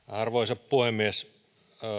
arvoisa puhemies